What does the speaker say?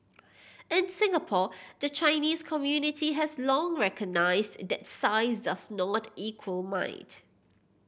in Singapore the Chinese community has long recognised that size does not equal might